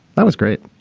that was great